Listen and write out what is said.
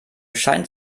scheint